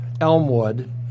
Elmwood